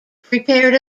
prepared